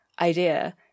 idea